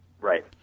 Right